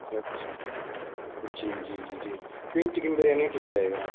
अच्छा अच्छा जी जी जी जी नहीं चिकेन बिरयानी ठीक रहेगा